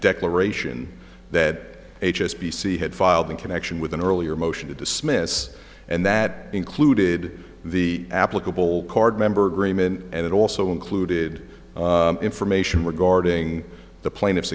declaration that h s b c had filed in connection with an earlier motion to dismiss and that included the applicable card member agreement and it also included information regarding the plaintiff